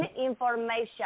information